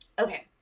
Okay